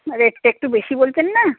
রেটটা একটু বেশি বলছেন না